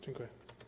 Dziękuję.